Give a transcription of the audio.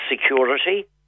security